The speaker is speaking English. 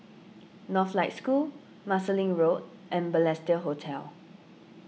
Northlight School Marsiling Road and Balestier Hotel